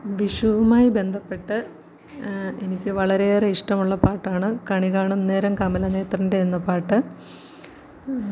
വിഷുവുമായി ബന്ധപ്പെട്ട് എനിക്ക് വളരെയേറെ ഇഷ്ടമുള്ള പാട്ടാണ് കണികാണും നേരം കമലനേത്രൻ്റെ എന്ന പാട്ട്